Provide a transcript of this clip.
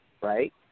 right